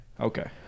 Okay